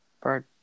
Bird